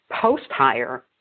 post-hire